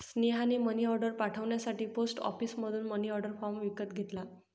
स्नेहाने मनीऑर्डर पाठवण्यासाठी पोस्ट ऑफिसमधून मनीऑर्डर फॉर्म विकत घेतला